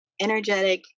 energetic